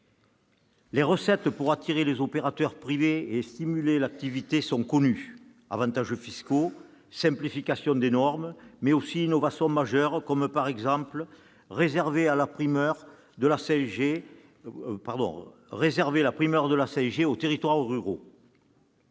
Les recettes pour attirer les opérateurs privés et stimuler l'activité sont connues : avantages fiscaux, simplification des normes, mais aussi innovations majeures comme, par exemple, réserver la primeur de la 5G aux territoires ruraux.